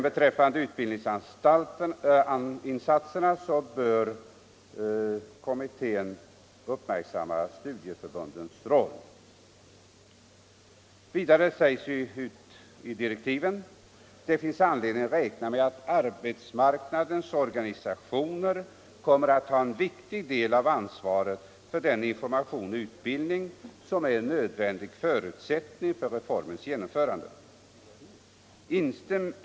Beträffande utbildningsinsatserna bör bl.a. studieförbundens roll uppmärksammas.” Det framhålls vidare i direktiven: ”Det finns anledning att räkna med att arbetsmarknadens organisationer kommer att ta en viktig del av ansvaret för den information och utbildning som är en nödvändig förutsättning för reformens genomförande.